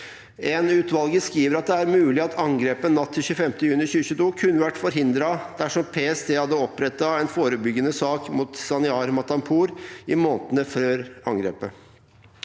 1. Utvalget skriver at det er mulig at angrepet natt til 25. juni 2022 kunne vært forhindret dersom PST hadde opprettet en forebyggende sak mot Zaniar Matapour i månedene før angrepet.